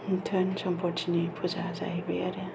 धोन सम्पतिनि फुजा जाहैबाय आरो